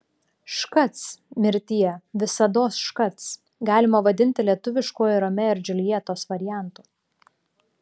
škac mirtie visados škac galima vadinti lietuviškuoju romeo ir džiuljetos variantu